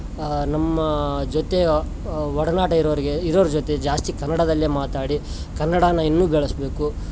ನಮ್ಮ ಜೊತೆ ಒಡನಾಟ ಇರೋರಿಗೆ ಇರೋರು ಜೊತೆ ಜಾಸ್ತಿ ಕನ್ನಡದಲ್ಲೇ ಮಾತಾಡಿ ಕನ್ನಡನ ಇನ್ನು ಬೆಳೆಸಬೇಕು